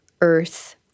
earth